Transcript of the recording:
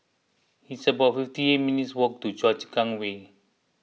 it's about fifty eight minutes' walk to Choa Chu Kang Way